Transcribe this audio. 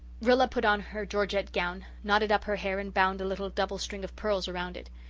rilla put on her georgette gown, knotted up her hair and bound a little double string of pearls around it.